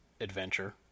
adventure